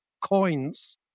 coins